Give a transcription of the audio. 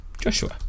Joshua